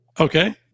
Okay